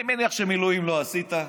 אני מניח שמילואים לא עשית,